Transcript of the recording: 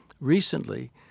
recently